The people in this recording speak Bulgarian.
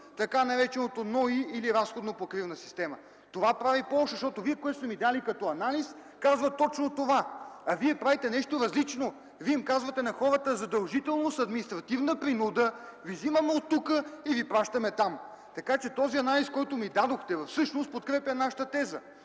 така нареченото НОИ или разходно-покривна система. Това прави Полша, защото това, което Вие сте ми дали като анализ, казва точно това, а вие правите нещо различно. Вие казвате на хората: задължително, с административна принуда ви вземаме оттук и ви пращаме там, така че този анализ, който ми дадохте, всъщност подкрепя нашата теза.